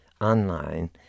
online